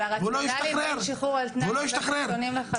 אבל הרציונלים בין שחרור על תנאי --- שונים לחלוטין.